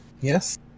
Yes